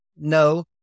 No